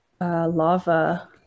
Lava